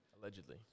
Allegedly